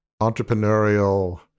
entrepreneurial